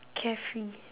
carefree